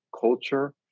culture